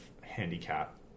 handicap